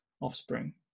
offspring